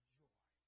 joy